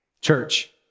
Church